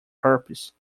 herpes